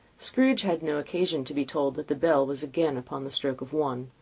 scrooge had no occasion to be told that the bell was again upon the stroke of one.